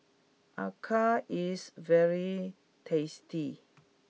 Acar is very tasty